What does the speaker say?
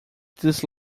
this